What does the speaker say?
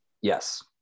Yes